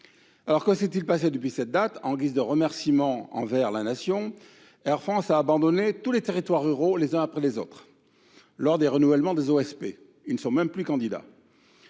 PGE. Que s’est il passé depuis cette date ? En guise de remerciement envers la Nation, Air France a abandonné tous les territoires ruraux les uns après les autres lors des renouvellements des OSP. L’entreprise ne fait même plus acte